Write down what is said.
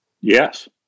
Yes